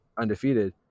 undefeated